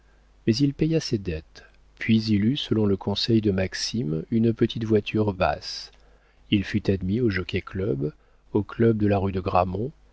mais il paya ses dettes puis il eut selon le conseil de maxime une petite voiture basse il fut admis au jockey-club au club de la rue de grammont